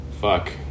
fuck